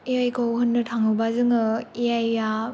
ए आइ खौ होननो थाङोब्ला जोङो ए आइ आ